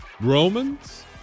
Romans